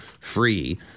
free